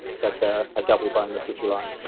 that's a ah double bonus, if you like.